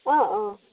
অঁ অঁ